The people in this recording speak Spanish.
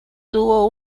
tuvo